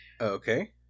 Okay